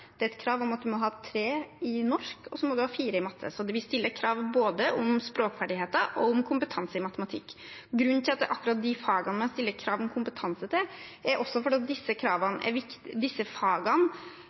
Det er et krav om at man må ha 3 i norsk, og så må man ha 4 i matte. Så vi stiller krav både om språkferdigheter og om kompetanse i matematikk. Grunnen til at det er akkurat de fagene man stiller krav om kompetanse til, er at disse